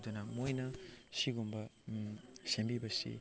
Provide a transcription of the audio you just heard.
ꯑꯗꯨꯅ ꯃꯣꯏꯅ ꯑꯁꯤꯒꯨꯝꯕ ꯁꯦꯝꯕꯤꯕꯁꯤ